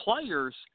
players